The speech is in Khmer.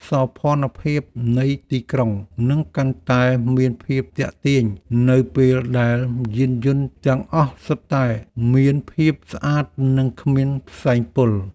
សោភ័ណភាពនៃទីក្រុងនឹងកាន់តែមានភាពទាក់ទាញនៅពេលដែលយានយន្តទាំងអស់សុទ្ធតែមានភាពស្អាតនិងគ្មានផ្សែងពុល។